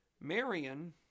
Marion